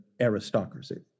aristocracy